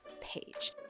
page